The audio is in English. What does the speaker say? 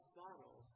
bottle